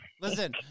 Listen